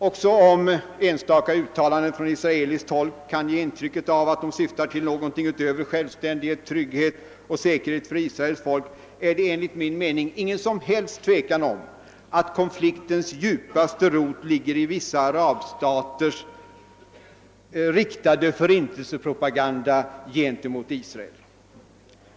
Också om enstaka uttalanden från israeliskt håll kan ge intryck av att man där syftar till någonting utöver självständighet, trygghet och säkerhet för Israels folk, är det enligt min mening inget som helst tvivel om att konfliktens djupaste rot ligger i vissa arabstaters förintelsepropaganda gentemot Israel.